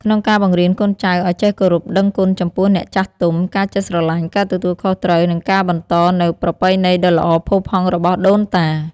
ក្នុងការបង្រៀនកូនចៅឲ្យចេះគោរពដឹងគុណចំពោះអ្នកចាស់ទុំ ការចេះស្រឡាញ់ ការទទួលខុសត្រូវ និងការបន្តនូវប្រពៃណីដ៏ល្អផូរផង់របស់ដូនតា។